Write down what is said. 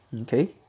Okay